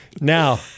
Now